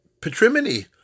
patrimony